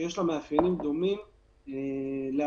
שיש לה מאפיינים דומים לעסקים,